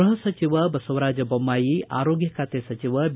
ಗೃಪ ಸಚಿವ ಬಸವರಾಜ ಬೊಮ್ಮಾಯಿ ಆರೋಗ್ಯ ಖಾತೆ ಸಚಿವ ಬಿ